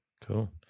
Cool